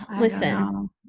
listen